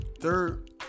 Third